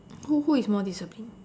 who who is more disciplined